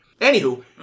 Anywho